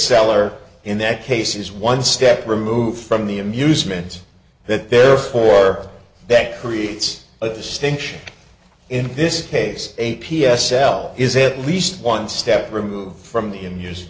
seller in that case is one step removed from the amusement that therefore that creates a distinction in this case a p s l is it least one step removed from the